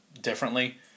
differently